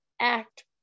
act